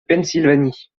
pennsylvanie